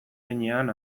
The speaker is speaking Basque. heinean